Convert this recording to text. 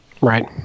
right